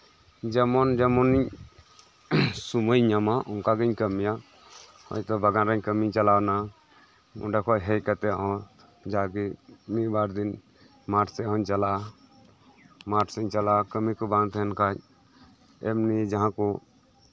ᱡᱮᱢᱚᱱ ᱡᱮᱢᱚᱱᱤᱧ ᱥᱚᱢᱚᱭ ᱧᱟᱢᱟ ᱚᱱᱠᱟᱜᱤᱧ ᱠᱟᱹᱢᱤᱭᱟᱟ ᱦᱚᱭᱛᱳ ᱵᱟᱜᱟᱱᱨᱮ ᱠᱟᱹᱢᱤᱧ ᱪᱟᱞᱟᱣᱱᱟ ᱚᱸᱰᱮ ᱠᱷᱚᱱ ᱦᱮᱡ ᱠᱟᱛᱮᱜ ᱦᱚᱸ ᱡᱟᱜᱮ ᱢᱤᱫ ᱵᱟᱨ ᱫᱤᱱ ᱢᱟᱴᱷ ᱥᱮᱜ ᱤᱧ ᱪᱟᱞᱟᱜᱼᱟ ᱠᱟᱹᱢᱤ ᱠᱚ ᱵᱟᱝ ᱛᱟᱦᱮᱱ ᱠᱷᱟᱡ ᱮᱢᱱᱤ ᱡᱟᱦᱟᱸ ᱠᱚ